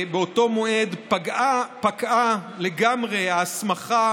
באותו מועד פקעה לגמרי ההסמכה,